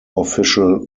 official